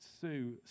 Sue